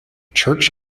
church